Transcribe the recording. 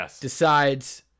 decides